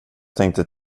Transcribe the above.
tänkte